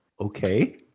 Okay